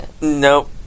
Nope